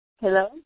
Hello